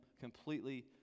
completely